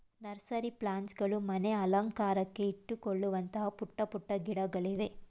nursery plants ಗಳು ಮನೆ ಅಲಂಕಾರಕ್ಕೆ ಇಟ್ಟುಕೊಳ್ಳುವಂತಹ ಪುಟ್ಟ ಪುಟ್ಟ ಗಿಡಗಳಿವೆ